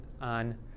on